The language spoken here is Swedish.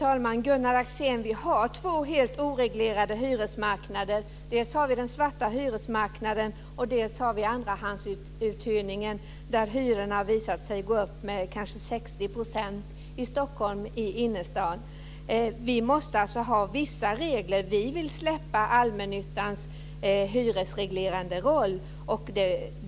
Fru talman! Vi har två helt oreglerade hyresmarknader, Gunnar Axén. Dels har vi den svarta hyresmarknaden, dels har vi andrahandsuthyrningen, där hyrorna visat sig gå upp med kanske 60 % i Stockholms innerstad. Vi måste alltså ha vissa regler. Vi vill släppa allmännyttans hyresreglerande roll.